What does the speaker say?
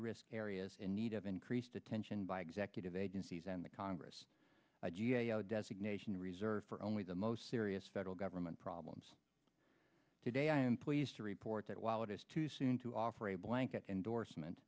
risk areas in need of increased attention by executive agencies and the congress a designation reserved for only the most serious federal government problems today i am pleased to report that while it is too soon to offer a blanket endorsement